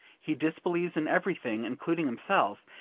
he disbelieves in everything, including himself,